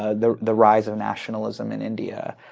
ah the the rise of nationalism in india,